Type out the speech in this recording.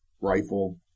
rifle